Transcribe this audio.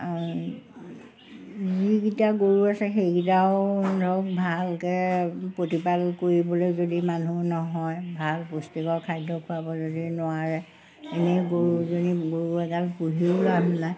যিকেইটা গৰু আছে সেইকেইটাও ধৰক ভালকৈ প্ৰতিপাল কৰিবলৈ যদি মানুহ নহয় ভাল পুষ্টিকৰ খাদ্য খোৱাব যদি নোৱাৰে এনেই গৰুজনী গৰু এগাল পুহিও লাভ নাই